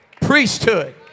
priesthood